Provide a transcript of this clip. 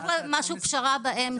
צריך פשרה באמצע.